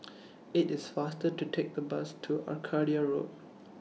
IT IS faster to Take The Bus to Arcadia Road